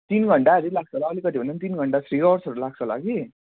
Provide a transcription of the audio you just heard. तिन घन्टाहरू ई लाग्छ होला अलिकति भन्दा पनि तिन घन्टा थ्री आवर्सहरू लाग्छ होला कि